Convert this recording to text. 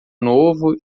novo